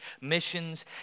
missions